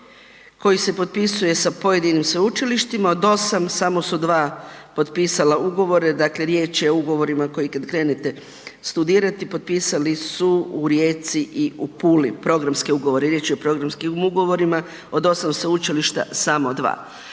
koji se potpisuje sa pojedinim sveučilištima, od 8 samo su 2 potpisala ugovore, dakle riječ je o ugovorima koji kad krenete studirati, potpisali su u Rijeci i u Puli, programske ugovore, riječ je o programskim ugovorima, od 8 sveučilišta, samo 2.